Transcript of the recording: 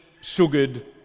sugared